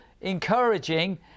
encouraging